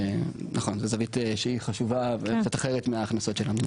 זו זווית שהיא חשובה וקצת אחרת מההכנסות שלנו.